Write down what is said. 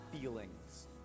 feelings